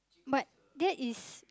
but that is